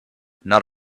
not